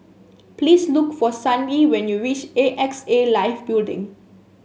please look for Sandi when you reach A X A Life Building